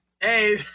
Hey